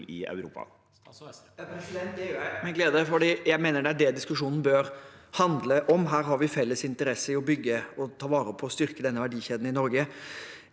i Europa?